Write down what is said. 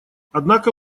однако